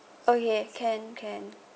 okay can can